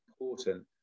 important